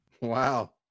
Wow